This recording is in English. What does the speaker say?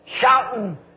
shouting